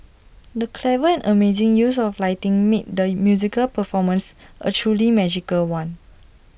the clever and amazing use of lighting made the musical performance A truly magical one